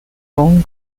own